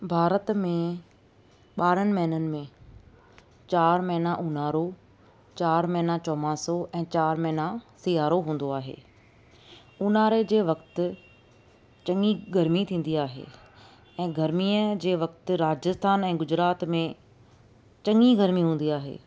भारत में ॿारहंनि महिननि में चारि महिना उन्हारो चारि महिना चोमासो ऐं चारि महिना सिआरो हूंदो आहे उन्हारे जे वक़्ति चङी गरमी थींदी आहे ऐं गरमीअ जे वक़्ति राजस्थान ऐं गुजरात में चङी गरमी हूंदी आहे